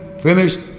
finished